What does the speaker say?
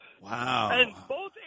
Wow